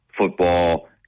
football